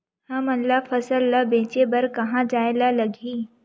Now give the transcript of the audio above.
हमन ला फसल ला बेचे बर कहां जाये ला लगही?